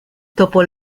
dopo